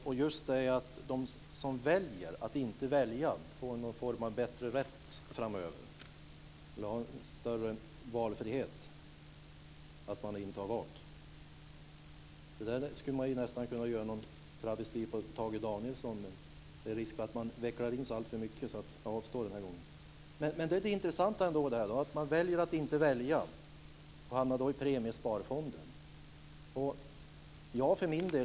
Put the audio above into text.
Det är just det att de som väljer att inte välja har en större valfrihet. Det skulle jag nästan kunna göra en travesti på Tage Danielsson av, men det är risk för att jag vecklar in mig alltför mycket så jag avstår från det den här gången. Det intressanta är att om man väljer att inte välja hamnar man i Premiesparfonden.